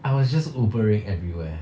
I was just Ubering everywhere